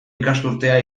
ikasturtea